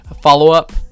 follow-up